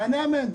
תענה "אמן".